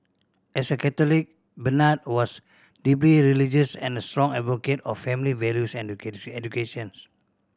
as a Catholic Bernard was deeply religious and a strong advocate of family values and educations